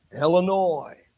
Illinois